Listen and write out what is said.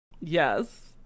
Yes